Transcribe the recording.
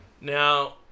Now